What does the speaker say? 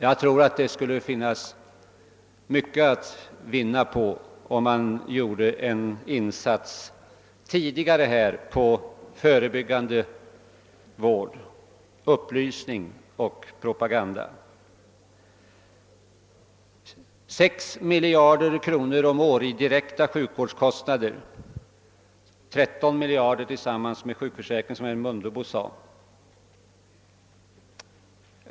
Jag tror det skulle vara mycket att vinna om man gjorde en insats tidigare på förebyggande vård, upplysning och propaganda. Sex miljarder kronor per år i direkta sjukvårdskostnader. 13 miljarder tillsammans med sjukförsäkringen, som herr Mundebo påminde om.